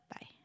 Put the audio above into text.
Bye